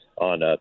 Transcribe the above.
on